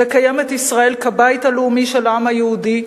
לקיים את ישראל כבית הלאומי של העם היהודי